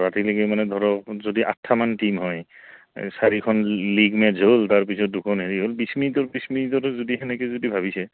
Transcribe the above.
ৰাতিলৈকে মানে ধৰক যদি আঠটামান টীম হয় চাৰিখন লীগ মেট্চ হ'ল তাৰপিছত দুখন হেৰি হ'ল বিছ মিনিটৰ বিছ মিনিটৰ যদি সেনেকে যদি ভাবিছে